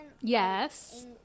Yes